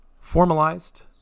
formalized